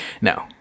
no